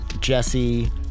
Jesse